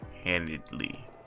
handedly